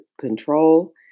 control